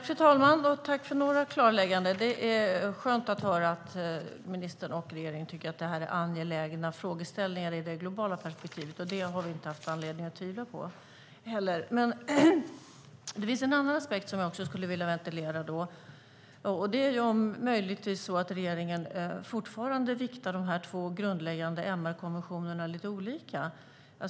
Fru talman! Tack för några klarlägganden! Det är skönt att höra att ministern och regeringen tycker att det är angelägna frågor i det globala perspektivet. Det har vi inte haft anledning att tvivla på. Det finns en annan aspekt som jag också skulle vilja ventilera, om regeringen möjligtvis fortfarande viktar de två grundläggande MR-konventionerna lite olika.